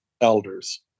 elders